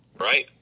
right